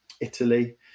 Italy